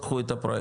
קחו את הפרויקט,